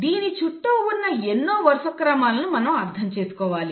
దీని చుట్టూ ఉన్న ఎన్నో వరుసక్రమాలను మనం అర్థం చేసుకోవాలి